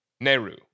Nehru